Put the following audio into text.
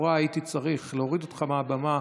לכאורה הייתי צריך להוריד אותך מהבמה.